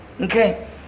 Okay